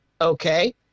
Okay